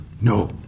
No